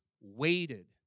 waited